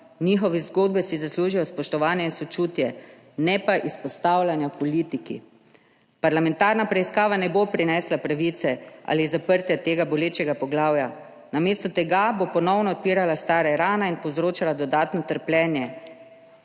Njihove zgodbe si zaslužijo spoštovanje in sočutje, ne pa izpostavljanja politiki. Parlamentarna preiskava ne bo prinesla pravice ali zaprtja tega bolečega poglavja, namesto tega bo ponovno odpirala stare rane in povzročala dodatno trpljenje.